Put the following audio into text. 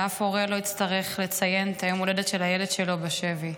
שאף הורה לא יצטרך לציין את יום ההולדת של הילד שלו בשבי.